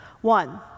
one